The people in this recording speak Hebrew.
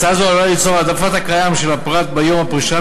הצעה זו עלולה ליצור העדפת הקיים של הפרט ביום הפרישה,